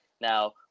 Now